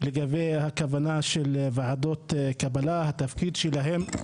לגבי הכוונה של ועדות קבלה, התפקיד שלהן.